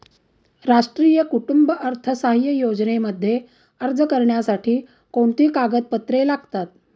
राष्ट्रीय कुटुंब अर्थसहाय्य योजनेमध्ये अर्ज करण्यासाठी कोणती कागदपत्रे लागतात?